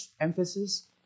emphasis